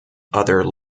other